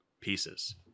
pieces